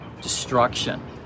destruction